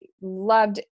loved